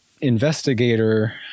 investigator